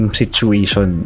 situation